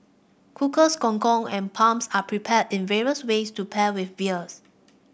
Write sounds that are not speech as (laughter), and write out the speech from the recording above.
cockles gong gong and (unintelligible) are prepared in various ways to pair with beers